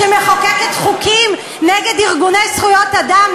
שמחוקקת חוקים נגד ארגוני זכויות אדם,